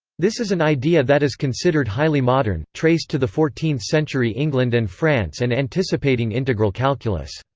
this is an idea that is considered highly modern, traced to the fourteenth century england and france and anticipating integral calculus.